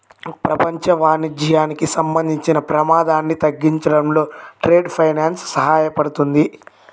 ప్రపంచ వాణిజ్యానికి సంబంధించిన ప్రమాదాన్ని తగ్గించడంలో ట్రేడ్ ఫైనాన్స్ సహాయపడుతుంది